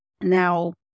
now